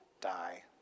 die